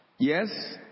Yes